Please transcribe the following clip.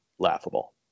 laughable